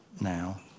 now